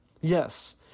Yes